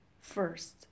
first